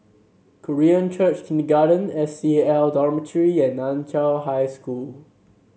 Korean Church Kindergarten S C A L Dormitory and Nan Chiau High School